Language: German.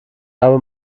habe